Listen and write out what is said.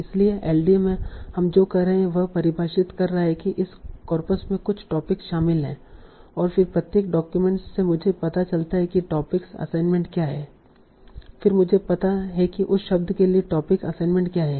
इसलिए एलडीए में हम जो कर रहे हैं वह परिभाषित कर रहा है कि इस कॉर्पस में कुछ टॉपिक्स शामिल हैं और फिर प्रत्येक डॉक्यूमेंट से मुझे पता चलता है कि टोपिक असाइनमेंट क्या हैं फिर मुझे पता है कि उस शब्द के लिए टोपिक असाइनमेंट क्या है